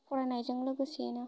फरायनायजों लोगोसेयैनो